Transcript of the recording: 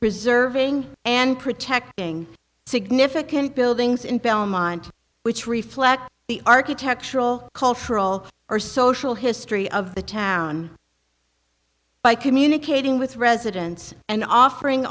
preserving and protecting significant buildings in belmont which reflect the architectural cultural or social history of the town by communicating with residents and offering